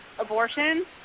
abortion